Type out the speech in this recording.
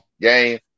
game